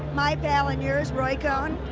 my pal and yours, roy cohn.